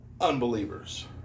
unbelievers